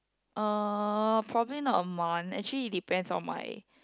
uh probably not a month actually it depends on my